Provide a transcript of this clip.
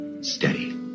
Steady